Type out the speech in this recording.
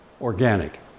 Organic